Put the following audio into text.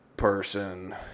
person